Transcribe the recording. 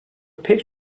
pek